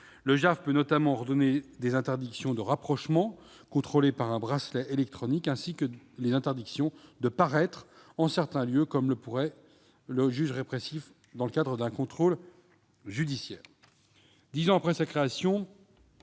Le JAF peut notamment ordonner des interdictions de rapprochement, contrôlées par un bracelet électronique, ainsi que des interdictions de paraître en certains lieux, comme pourrait le faire le juge répressif dans le cadre d'un contrôle judiciaire.